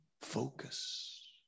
Focus